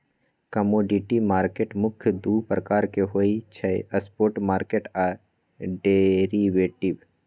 commodity market मुख्य दु प्रकार के होइ छइ स्पॉट मार्केट आऽ डेरिवेटिव